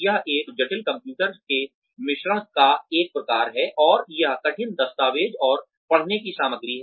यह एक जटिल कंप्यूटर के मिश्रण का एक प्रकार है और यह कठिन दस्तावेज़ और पढ़ने की सामग्री है